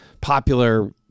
popular